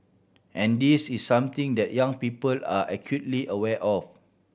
and this is something that young people are acutely aware of